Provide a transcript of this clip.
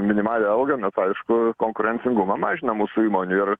minimalią algą mes aišku konkurencingumą mažinam mūsų įmonių ir